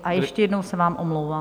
A ještě jednou se vám omlouvám.